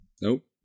Nope